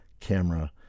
camera